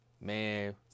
Man